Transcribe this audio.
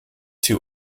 two